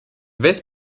west